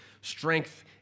strength